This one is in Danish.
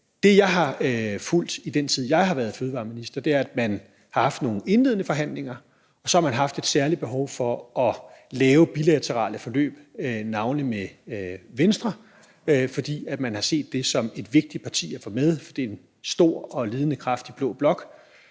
Det, jeg har oplevet, i den tid jeg har været fødevareminister, er, at man har haft nogle indledende forhandlinger, og så har man haft et særligt behov for at lave bilaterale forløb, navnlig med Venstre, fordi man har set det som et vigtigt parti at få med, for det er en stor og ledende kraft i blå blok.